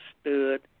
stood